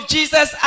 Jesus